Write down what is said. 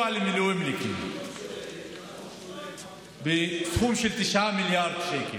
למילואימניקים בסכום של 9 מיליארד שקל.